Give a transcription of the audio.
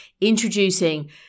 introducing